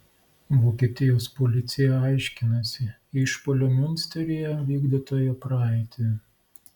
vokietijos policija aiškinasi išpuolio miunsteryje vykdytojo praeitį